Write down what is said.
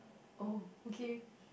oh okay